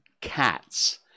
cats